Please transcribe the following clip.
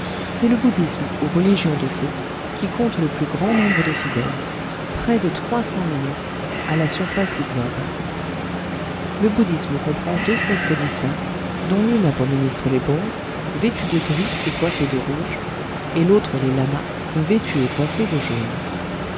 c'est le bouddhisme ou religion de fo qui compte le plus grand nombre de fidèles près de trois cents millions à la surface du globe le bouddhisme comprend deux sectes distinctes dont l'une a pour ministres les bonzes vêtus de gris et coiffés de rouge et l'autre les lamas vêtus et coiffés de jaune